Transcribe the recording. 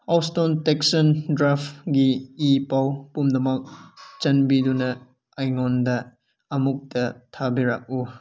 Houston Texans ꯗ꯭ꯔꯥꯐꯀꯤ ꯏꯤ ꯄꯥꯎ ꯄꯨꯝꯅꯃꯛ ꯆꯥꯟꯕꯤꯗꯨꯅ ꯑꯩꯉꯣꯟꯗ ꯑꯃꯨꯛꯇ ꯊꯥꯕꯤꯔꯛꯎ